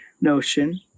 notion